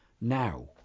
now